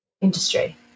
industry